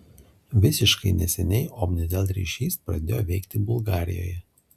visiškai neseniai omnitel ryšis pradėjo veikti bulgarijoje